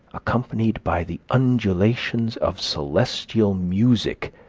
accompanied by the undulations of celestial music,